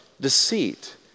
deceit